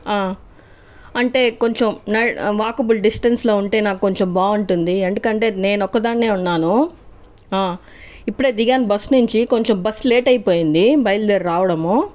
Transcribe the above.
అంటే కొంచం నా వాకబుల్ డిస్టన్స్లో ఉంటే నాకు కొంచం బాగుంటుంది ఎందుకంటే నేను ఒక్కదాన్నే ఉన్నాను ఇప్పుడే దిగాను బస్సు నుంచి కొంచెం బస్ లేట్ అయిపోయింది బయలుదేరి రావడము